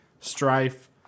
Strife